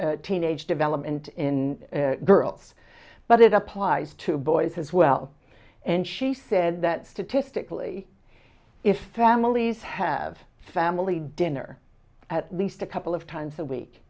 about teenage development in girls but it applies to boys as well and she said that statistically if families have family dinner at least a couple of times a week